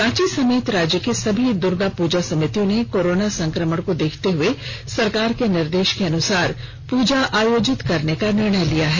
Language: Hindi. रांची समेत राज्य के सभी दूर्गा पूजा समितियों ने कोरोना संक्रमण को देखते हुए सरकार के निर्देश के अनुसार पूजा आयोजित करने का निर्णय लिया है